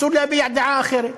אסור להביע דעה אחרת.